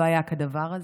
לא היה כדבר הזה,